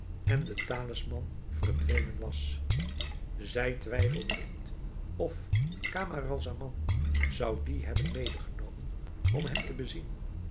en de talisman verdwenen was zij twijfelde niet of camaralzaman zou dien hebben medegenomen om hem te bezien